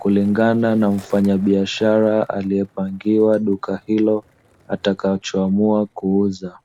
kulingana na mfanyabiashara aliyepangiwa duka hilo atakachoamua kuuza.